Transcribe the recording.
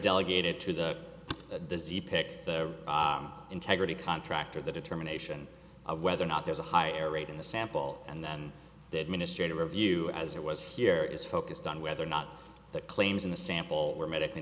delegated to the the pick the integrity contractor the determination of whether or not there's a higher rate in the sample and then the administrative review as it was here is focused on whether or not the claims in the sample were medically